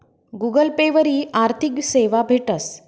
Google Pay वरी आर्थिक सेवा भेटस